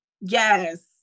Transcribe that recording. Yes